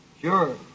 Sure